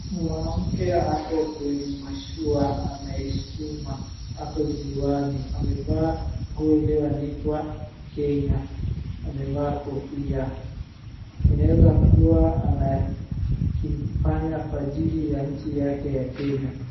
Mwanamke ako kwenye mashua, ameisukuma, ako ziwani. Amevaa nguo ilioandikwa Kenya, amevaa kofia. Inaeza kuwa anakifanya kwa ajili ya nchi yake ya Kenya.